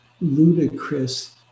ludicrous